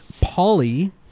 Polly